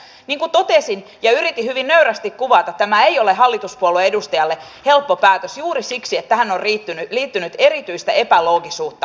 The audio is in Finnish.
niin kuin totesin ja yritin hyvin nöyrästi kuvata tämä ei ole hallituspuolueen edustajalle helppo päätös juuri siksi että tähän lapsilisien indeksisidonnaisuuteen on liittynyt erityistä epäloogisuutta